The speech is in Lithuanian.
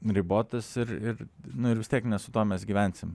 ribotos ir ir nu ir vis tiek ne su tuo mes gyvensim